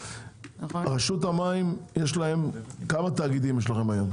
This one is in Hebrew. רשות המים, כמה תאגידים יש לכם היום?